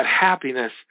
happiness